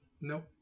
No